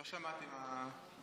לא שמעתי מה,